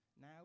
Now